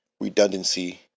redundancy